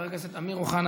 חבר הכנסת אכרם חסון,